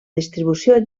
distribució